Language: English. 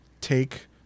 take